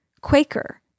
Quaker